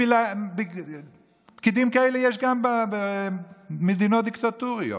פקידים כאלה יש גם במדינות דיקטטוריות.